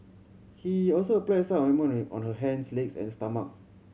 he also applied some ointment on her hands legs and stomach